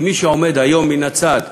כי מי שעומד היום מן הצד